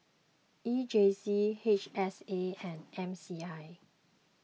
E J C H S A and M C I